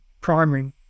primary